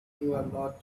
lot